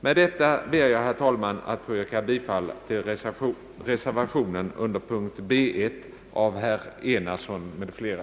Med detta ber jag, herr talman, att få yrka bifall till reservationen under punkt B 1 av herr Enarsson m.fl.